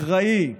אחראי,